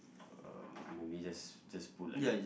um maybe just just put like